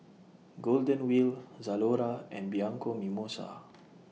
Golden Wheel Zalora and Bianco Mimosa